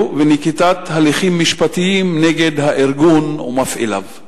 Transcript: ונקיטת הליכים משפטיים נגד הארגון ומפעיליו?